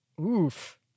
Oof